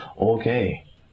Okay